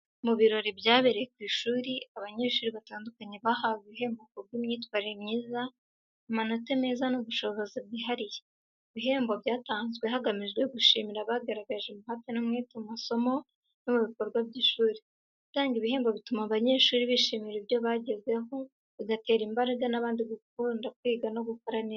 Mu birori byabereye ku ishuri, abanyeshuri batandukanye bahawe ibihembo ku bw’imyitwarire myiza, amanota meza n’ubushobozi bwihariye. Ibihembo byatanzwe hagamijwe gushimira abagaragaje umuhate n’umwete mu masomo no mu bikorwa by’ishuri. Gutanga ibihembo bituma abanyeshuri bishimira ibyo bagezeho, bigatera imbaraga abandi gukunda kwiga no gukora neza.